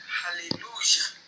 hallelujah